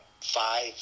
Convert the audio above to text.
five